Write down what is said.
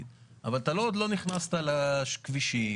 ג' לחוק אבל עדיין היא נותנת את הראייה הכללית,